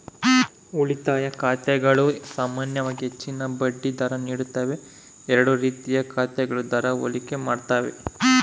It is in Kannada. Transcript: ಉಳಿತಾಯ ಖಾತೆಗಳು ಸಾಮಾನ್ಯವಾಗಿ ಹೆಚ್ಚಿನ ಬಡ್ಡಿ ದರ ನೀಡುತ್ತವೆ ಎರಡೂ ರೀತಿಯ ಖಾತೆಗಳ ದರ ಹೋಲಿಕೆ ಮಾಡ್ತವೆ